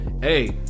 hey